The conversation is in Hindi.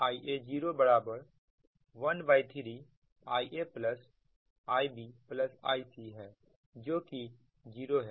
तथा Ia013IaIbIc है जो कि जीरो है